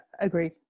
agree